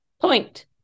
point